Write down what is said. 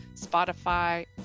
Spotify